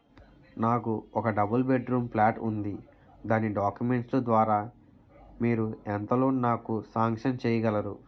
నాకు ఒక double bedroom flat ఉంది దాని డాక్యుమెంట్స్ లు ద్వారా మీరు ఎంత లోన్ నాకు సాంక్షన్ చేయగలరు?